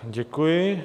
Děkuji.